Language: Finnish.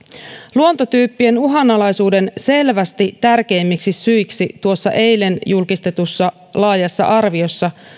luontotyyppien uhanalaisuuden selvästi tärkeimmiksi syiksi tuossa eilen julkistetussa laajassa arviossa